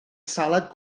salad